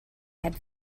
had